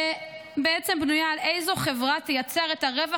ובעצם בנויה על איזו חברת תייצר את הרווח